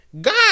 God